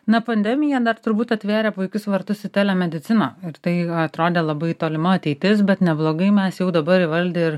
na pandemija dar turbūt atvėrė puikius vartus į telemediciną ir tai atrodė labai tolima ateitis bet neblogai mes jau dabar įvaldę ir